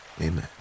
amen